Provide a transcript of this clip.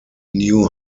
new